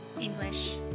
English